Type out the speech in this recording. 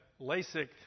LASIK